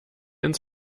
ins